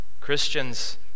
Christians